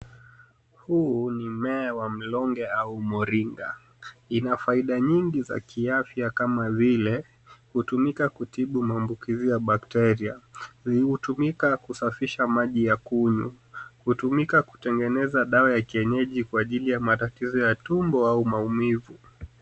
Huu ni mmea wa mlonge au moringa. Ina faida nyingi za kiafya kama vile hutumika kutibu maambukizi ya bakteria. Hutumika kusafisha maji ya kunywa. Hutumika kutengeza dawa ya kienyeji kwa ajili ya matatizo ya tumbo au maumivu.